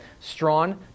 Strawn